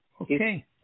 Okay